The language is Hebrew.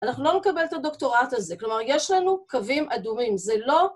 אנחנו לא נקבל את הדוקטורט הזה, כלומר יש לנו קווים אדומים, זה לא...